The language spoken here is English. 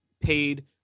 paid